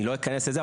אני לא אכנס לזה,